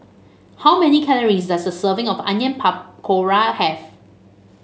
how many calories does a serving of Onion Pakora have